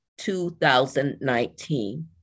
2019